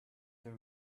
the